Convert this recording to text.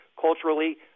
culturally